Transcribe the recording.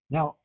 Now